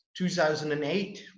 2008